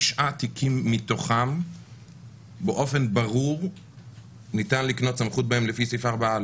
תשעה תיקים מתוכם באופן ברור ניתן לקנות סמכות בהם לפי סעיף 4א,